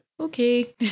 okay